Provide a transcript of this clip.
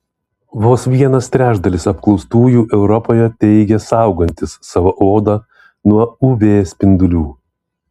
vos vienas trečdalis apklaustųjų europoje teigia saugantys savo odą nuo uv spindulių